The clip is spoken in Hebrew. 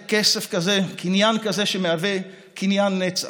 קניין כזה שמהווה קניין נצח.